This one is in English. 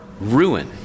ruin